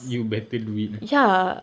you better do it